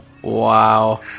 wow